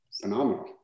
phenomenal